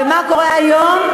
ומה קורה היום?